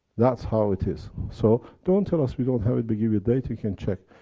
that's how it is. so, don't tell us we don't have it. we give you a date, you can check.